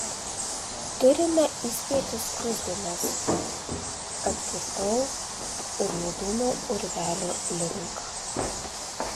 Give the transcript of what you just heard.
turime įspėti skruzdėles atkirtau ir nudūmiau urvelio link